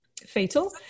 fatal